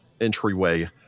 entryway